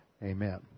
Amen